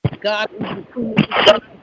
God